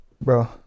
bro